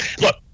look